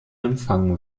empfangen